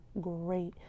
great